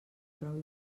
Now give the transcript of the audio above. prou